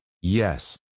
yes